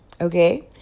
Okay